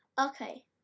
okay